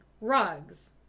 rugs